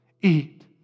eat